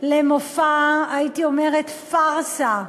הייתי אומרת, פארסה,